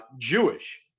Jewish